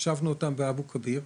הושבנו אותם באבו כביר,